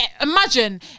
imagine